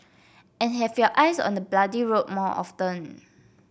and have your eyes on the bloody road more often